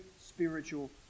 spiritual